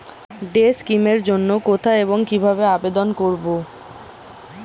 Day scheme এর জন্য কোথায় এবং কিভাবে আবেদন করব?